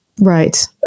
Right